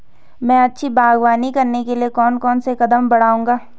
मैं अच्छी बागवानी करने के लिए कौन कौन से कदम बढ़ाऊंगा?